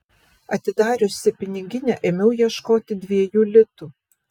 atidariusi piniginę ėmiau ieškoti dviejų litų